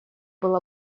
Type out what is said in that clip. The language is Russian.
был